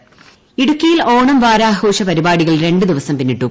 ഓണം ഇടുക്കി ഇടുക്കിയിൽ ഓണം വാരാഘോഷ പരിപാടികൾ രണ്ടു ദിവസം പിന്നിട്ടു